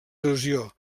erosió